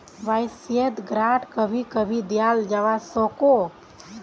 वाय्सायेत ग्रांट कभी कभी दियाल जवा सकोह